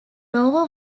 lower